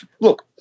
Look